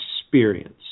experience